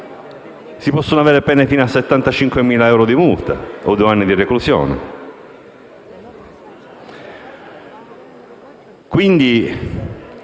si possono avere pene fine a 75.000 euro di multa o due anni di reclusione.